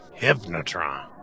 Hypnotron